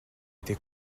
été